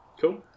Cool